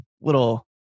little